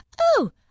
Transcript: Oh